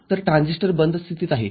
तर ट्रान्झिस्टर बंद स्थितीत आहे